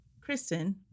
Kristen